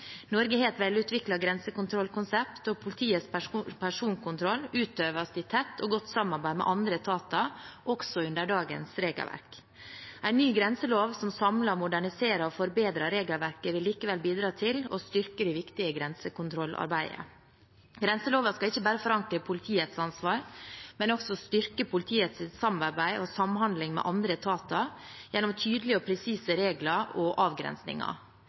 Norge har et velutviklet grensekontrollkonsept, og politiets personkontroll utøves i tett og godt samarbeid med andre etater, også under dagens regelverk. En ny grenselov som samler, moderniserer og forbedrer regelverket, vil likevel bidra til å styrke det viktige grensekontrollarbeidet. Grenseloven skal ikke bare forankre politiets ansvar, men også styrke politiets samarbeid og samhandling med andre etater gjennom tydelige og presise regler og avgrensninger.